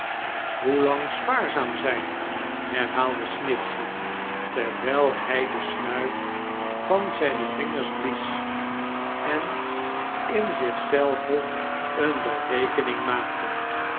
hoe jang spaarzaam zijn herhaalde snitehey terwijl hij de smrif van zijne vingers blies en in zich zeivein eene berekeining maaktei